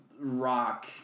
rock